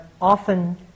often